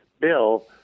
Bill